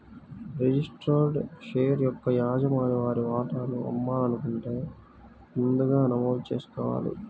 registered share యొక్క యజమాని వారి వాటాను అమ్మాలనుకుంటే ముందుగా నమోదు చేసుకోవాలి